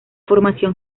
formación